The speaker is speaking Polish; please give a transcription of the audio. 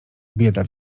bieda